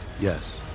Yes